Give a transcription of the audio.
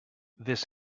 this